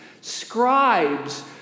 scribes